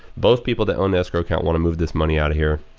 both people that own the escrow account want to move this money out of here.